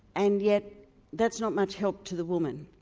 and yet that's not much help to the woman.